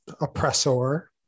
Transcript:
oppressor